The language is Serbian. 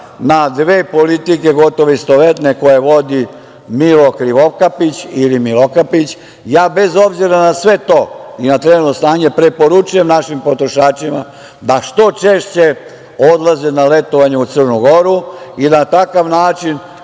na dve politike gotovo istovetne koje vodi "Milo Krivokapić" ili „Milokapić“, bez obzira na sve to i na trenutno stanje, preporučujem našim potrošačima da što češće odlaze na letovanje u Crnu Goru i na takav način